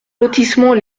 lotissement